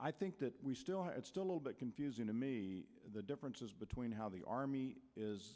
i think that we still have still a little bit confusing to me the differences between how the army is